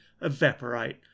evaporate